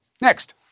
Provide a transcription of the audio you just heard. Next